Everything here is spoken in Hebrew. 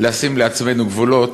לשים לעצמנו גבולות,